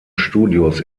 studios